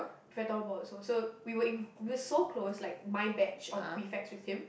if we're also so so we were in we're so close like my batch of prefects with him